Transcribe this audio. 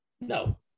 No